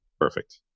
Perfect